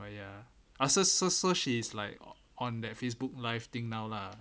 but ya ah so so she is like on that facebook live thing now lah